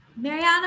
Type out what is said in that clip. Mariana